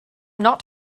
not